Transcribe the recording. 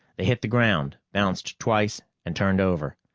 they hit the ground, bounced twice, and turned over.